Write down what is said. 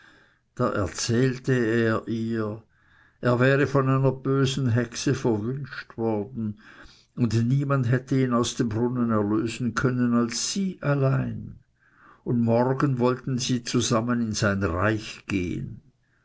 da erzählte er ihr er wäre von einer bösen hexe verwünscht worden und niemand hätte ihn aus dem brunnen erlösen können als sie allein und morgen wollten sie zusammen in sein reich gehen